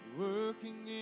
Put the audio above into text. working